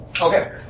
Okay